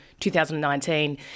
2019